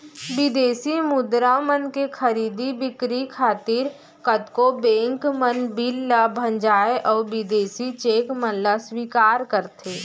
बिदेसी मुद्रा मन के खरीदी बिक्री खातिर कतको बेंक मन बिल ल भँजाथें अउ बिदेसी चेक मन ल स्वीकार करथे